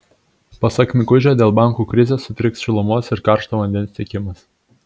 pasak mikužio dėl bankų krizės sutriks šilumos ir karšto vandens tiekimas